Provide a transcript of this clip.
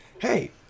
Hey